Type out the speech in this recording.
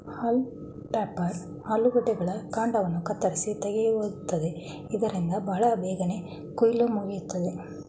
haulm topper ಆಲೂಗಡ್ಡೆಗಳ ಕಾಂಡವನ್ನು ಕತ್ತರಿಸಿ ತೆಗೆಯುತ್ತದೆ ಇದರಿಂದ ಬಹಳ ಬೇಗನೆ ಕುಯಿಲು ಮುಗಿಯುತ್ತದೆ